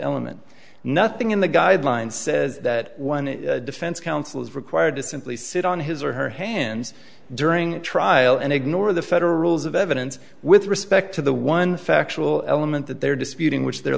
element nothing in the guidelines says that one defense counsel is required to simply sit on his or her hands during a trial and ignore the federal rules of evidence with respect to the one factual element that they're disputing which they're